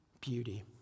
beauty